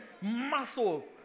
muscle